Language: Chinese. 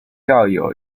校友